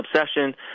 obsession